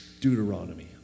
Deuteronomy